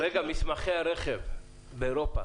מסמכי הרכב באירופה